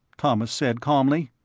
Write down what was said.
thomas said calmly.